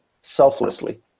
selflessly